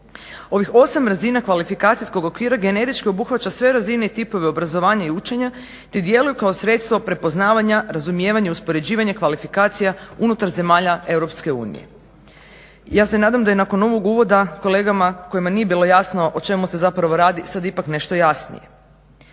Ovih 8 razina kvalifikacijskog okvira generički obuhvaća sve razine i tipove obrazovanja i učenja, te djeluju kao sredstvo prepoznavanja, razumijevanja i uspoređivanja kvalifikacija unutar zemalja EU. Ja se nadam da je nakon ovog uvoda kolegama kojima nije bilo jasno o čemu se zapravo radi sad ipak nešto jasnije.